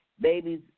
babies